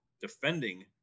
defending